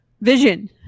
vision